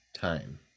time